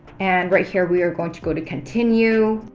and right here, we are going to go to continue.